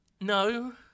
No